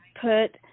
put